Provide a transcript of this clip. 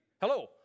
Hello